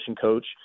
coach